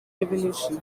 revolution